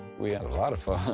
we had a lot of fun.